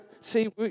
See